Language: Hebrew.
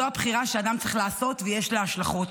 זו הבחירה שאדם צריך לעשות ויש לה השלכות.